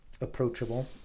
approachable